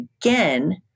again